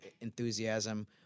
enthusiasm